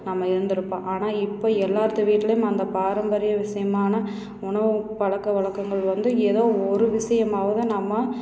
நம்ம இருந்துருப்போம் ஆனால் இப்போ எல்லாத்து வீட்டுலேயும் அந்த பாரம்பரிய விஷயமான உணவு பழக்கவழக்கங்கள் வந்து எதோ ஒரு விஷயமாவது நம்ம